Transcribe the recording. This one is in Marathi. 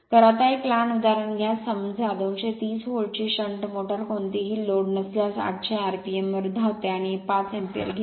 तर आता एक लहान उदाहरण घ्या समजा 230 व्होल्टची शंट मोटर कोणतीही लोड नसल्यास 800 आरपीएमवर धावते आणि 5 अँपिअर घेते